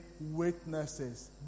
witnesses